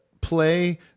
play